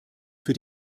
für